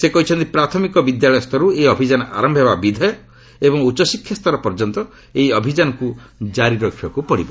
ସେ କହିଛନ୍ତି ପ୍ରାଥମିକ ବିଦ୍ୟାଳୟ ସ୍ତରରୁ ଏହି ଅଭିଯାନ ଆରମ୍ଭ ହେବା ବିଧେୟ ଏବଂ ଉଚ୍ଚଶିକ୍ଷାସ୍ତର ପର୍ଯ୍ୟନ୍ତ ଏହି ଅଭିଯାନକୁ ଜାରି ରଖିବାକୁ ପଡିବ